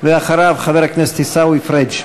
אחריו, חבר הכנסת עיסאווי פריג'.